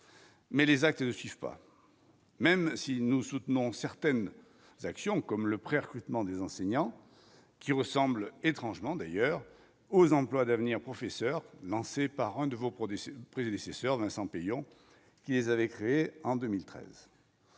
Mais les actes de pas même si nous soutenons certaines actions comme le pré-recrutement des enseignants qui ressemble étrangement d'ailleurs aux emplois d'avenir professeur lancée par un de vos produits prédécesseur, Vincent Peillon, qui les avait créé en 2013,